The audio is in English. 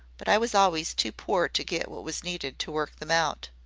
but i was always too poor to get what was needed to work them out.